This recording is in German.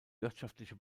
wirtschaftliche